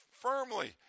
firmly